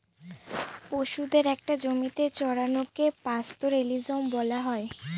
পশুদের একটা জমিতে চড়ানোকে পাস্তোরেলিজম বলা হয়